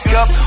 up